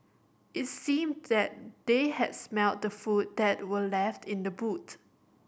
it seemed that they had smelt the food that were left in the boot